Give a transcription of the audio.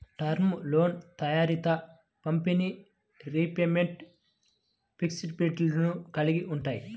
term లోన్లు త్వరిత పంపిణీ, రీపేమెంట్ ఫ్లెక్సిబిలిటీలను కలిగి ఉంటాయి